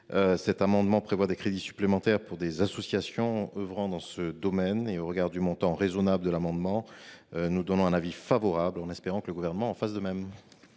Cet amendement a pour objet des crédits supplémentaires pour des associations œuvrant dans ce domaine. Au regard du montant raisonnable de l’amendement, la commission émet un avis favorable, en espérant que le Gouvernement fasse de même.